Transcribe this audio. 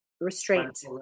restraint